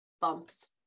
bumps